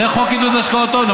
זה חוק עידוד השקעות הון.